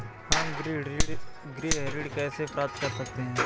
हम गृह ऋण कैसे प्राप्त कर सकते हैं?